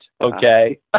Okay